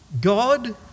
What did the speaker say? God